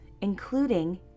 including